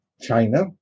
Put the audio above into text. China